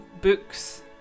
books